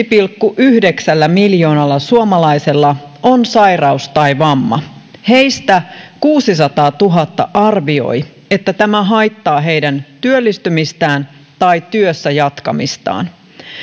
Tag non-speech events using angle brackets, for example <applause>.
<unintelligible> pilkku yhdeksällä miljoonalla suomalaisella on sairaus tai vamma heistä kuusisataatuhatta arvioi että tämä haittaa heidän työllistymistään tai työssä jatkamistaan